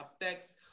affects